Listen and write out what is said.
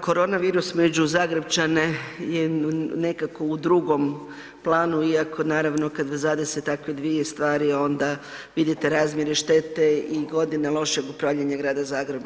korona virus među Zagrepčane je nekako u drugom planu iako naravno kad vas zadese takve dvije stvari onda vidite razmjere štete i godine lošeg upravljanja Grada Zagrebom.